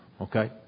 Okay